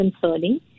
concerning